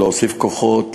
להוסיף כוחות,